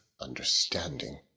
understanding